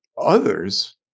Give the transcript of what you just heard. others